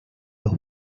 los